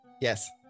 Yes